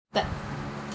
start